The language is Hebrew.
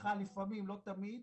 סליחה לפעמים לא תמיד,